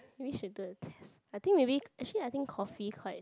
maybe should do a test I think maybe actually I think coffee quite